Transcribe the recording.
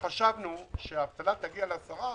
וחשבנו שכאשר האבטלה תגיע ל-10%,